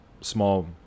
small